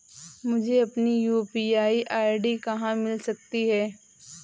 मुझे अपनी UPI ID कहां मिल सकती है?